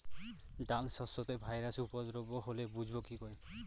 ডাল শস্যতে ভাইরাসের উপদ্রব হলে বুঝবো কি করে?